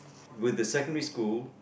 with the secondary school